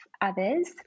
others